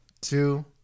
two